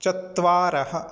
चत्वारः